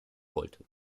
wollte